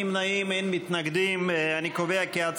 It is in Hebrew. מזרח ובלקן בין 1935 1965),